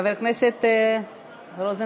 חבר הכנסת רוזנטל,